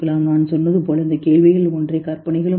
நான் சொன்னது போல இந்த கேள்விகள் ஒன்றே கற்பனைகளும் ஒன்றே